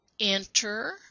enter